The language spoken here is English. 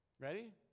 Ready